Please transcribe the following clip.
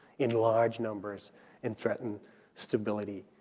in large numbers and threaten stability,